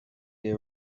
they